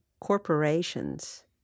corporations